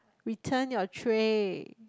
return your tray